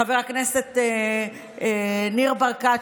חבר הכנסת ניר ברקת,